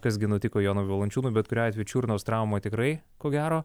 kas gi nutiko jonui valančiūnui bet kuriuo atveju čiurnos trauma tikrai ko gero